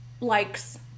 likes